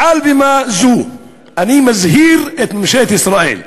מעל בימה זו אני מזהיר את ממשלת ישראל,